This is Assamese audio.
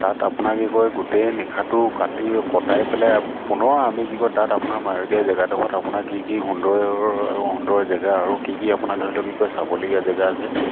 তাত আপোনাৰ কি কয় গোটেই নিশাটো কাটি কটাই পেলাই পুনৰ আমি কি কয় তাত আপোনাৰ মায়'দিয়া জেগাডোখৰত আপোনাৰ কি কি সুন্দৰ সুন্দৰ জেগা আৰু কি কি আপোনাৰ ধৰি লওক কি কয় চাবলগীয়া জেগা আছে